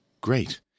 great